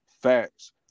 Facts